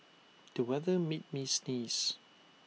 the weather made me sneeze